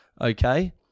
Okay